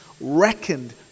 reckoned